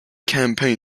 campaign